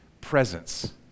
presence